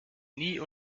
nie